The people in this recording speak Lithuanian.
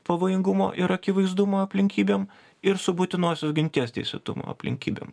pavojingumo ir akivaizdumo aplinkybėm ir su būtinosios ginties teisėtumo aplinkybėm